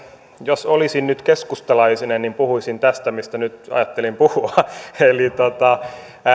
jos olisin nyt keskustalainen niin puhuisin tästä mistä nyt ajattelin puhua eli